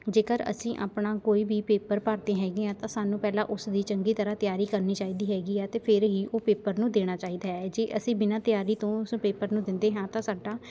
ਜੇਕਰ ਅਸੀਂ ਆਪਣਾ ਕੋਈ ਵੀ ਪੇਪਰ ਭਰਦੇ ਹੈਗੇ ਹਾਂ ਤਾਂ ਸਾਨੂੰ ਪਹਿਲਾਂ ਉਸ ਦੀ ਚੰਗੀ ਤਰ੍ਹਾਂ ਤਿਆਰੀ ਕਰਨੀ ਚਾਹੀਦੀ ਹੈਗੀ ਹੈ ਅਤੇ ਫਿਰ ਹੀ ਉਹ ਪੇਪਰ ਨੂੰ ਦੇਣਾ ਚਾਹੀਦਾ ਹੈ ਜੇ ਅਸੀਂ ਬਿਨਾ ਤਿਆਰੀ ਤੋਂ ਉਸ ਪੇਪਰ ਨੂੰ ਦਿੰਦੇ ਹਾਂ ਤਾਂ ਸਾਡਾ